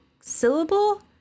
syllable